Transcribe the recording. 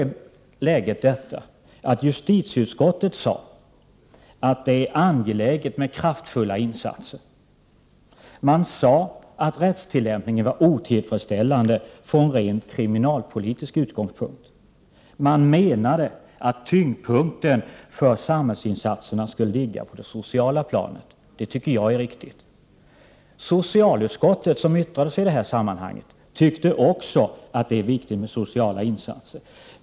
Justitieutskottet sade då att det är angeläget med kraftfulla insatser. Man sade att rättstillämpningen var otillfredsställande från rent kriminalpolitisk utgångspunkt. Man menade att tyngdpunkten för samhällsinsatserna skulle ligga på det sociala planet — det tycker jag är riktigt. Socialutskottet, som yttrade sig i sammanhanget, tyckte också att det är viktigt med sociala insatser.